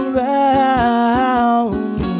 round